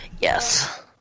Yes